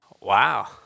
Wow